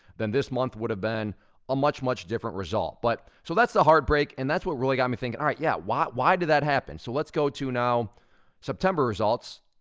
then this month would have been a much, much different result. but so that's the heartbreak, and that's what really got me thinking. all right, yeah, why why did that happen? so let's go to now september results,